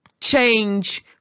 change